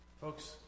Folks